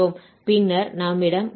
பின்னர் நம்மிடம் cos αx dα உள்ளது